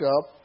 up